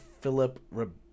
Philip